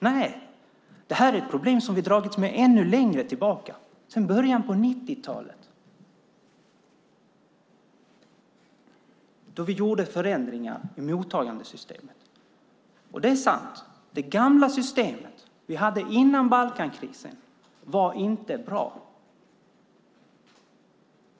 Nej, detta är problem som vi har dragits med ännu längre tillbaka, sedan början av 90-talet då vi gjorde förändringar i mottagandesystemet. Det är sant att det gamla system vi hade innan Balkankrisen inte var bra.